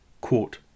Quote